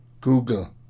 Google